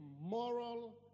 moral